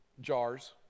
jars